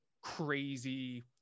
crazy